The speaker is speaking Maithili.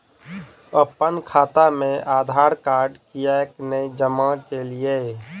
अप्पन खाता मे आधारकार्ड कियाक नै जमा केलियै?